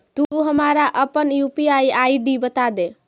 तु हमरा अपन यू.पी.आई आई.डी बतादे